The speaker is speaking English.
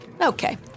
Okay